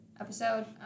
episode